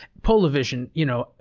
polavision, you know,